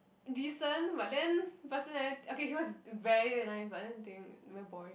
decent but then persona~ okay he was very nice but then the thing very boring